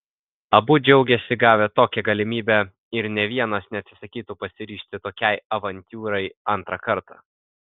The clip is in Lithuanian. abu džiaugėsi gavę tokią galimybę ir nė vienas neatsisakytų pasiryžti tokiai avantiūrai antrą kartą